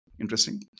interesting